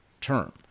term